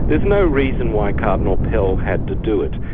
there's no reason why cardinal pell had to do it.